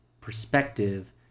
perspective